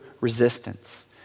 resistance